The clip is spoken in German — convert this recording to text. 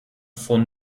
von